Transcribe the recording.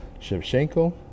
Shevchenko